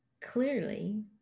clearly